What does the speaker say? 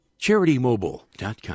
CharityMobile.com